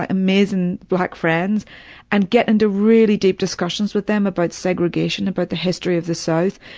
ah amazing black friends and get into really deep discussions with them about segregation, about the history of the south,